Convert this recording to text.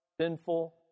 sinful